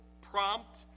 prompt